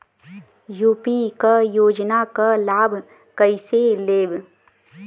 UP क योजना क लाभ कइसे लेब?